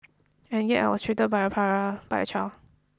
and yet I was treated like a pariah by a child